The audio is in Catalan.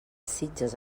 sitges